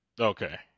Okay